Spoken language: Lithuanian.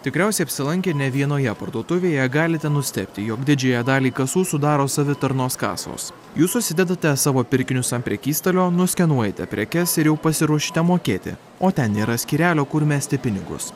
tikriausiai apsilankę nė vienoje parduotuvėje galite nustebti jog didžiąją dalį kasų sudaro savitarnos kasos jūs užsidedate savo pirkinius ant prekystalio nuskenuojate prekes ir jau pasiruošite mokėti o ten nėra skyrelio kur mesti pinigus